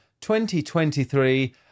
2023